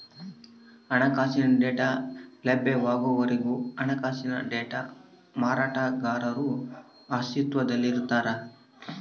ಹಣಕಾಸಿನ ಡೇಟಾ ಲಭ್ಯವಾಗುವವರೆಗೆ ಹಣಕಾಸಿನ ಡೇಟಾ ಮಾರಾಟಗಾರರು ಅಸ್ತಿತ್ವದಲ್ಲಿರ್ತಾರ